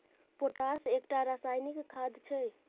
potash एकटा रासायनिक खाद छै